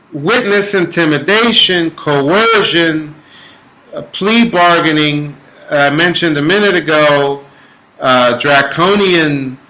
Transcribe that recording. witness intimidation coercion a plea bargaining mentioned a minute ago draconian